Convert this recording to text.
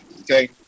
okay